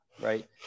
right